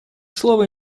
слово